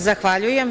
Zahvaljujem.